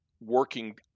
working